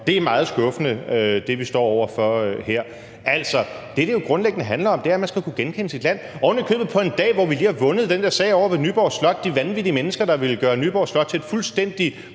Det er meget skuffende, hvad vi står over for her. Altså, det, det jo grundlæggende handler om, er, at man skal kunne genkende sit land – og det er ovenikøbet på en dag, hvor vi lige har vundet den der sag ovre ved Nyborg Slot. I den sag om de vanvittige mennesker, der ville gøre Nyborg Slot til et fuldstændigt